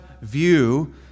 view